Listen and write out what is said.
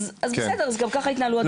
אז בסדר, אז גם ככה יתנהלו הדברים.